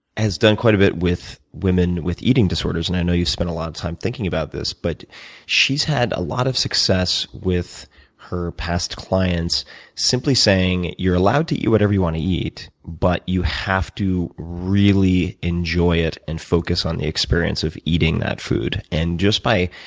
has done quite a bit with women with eating disorders and i know you've spent a lot of time thinking about this. but she's had a lot of success with her past clients simply saying, you're allowed to eat whatever you want to eat but you have to really enjoy it and focus on the experience of eating that food. and just by,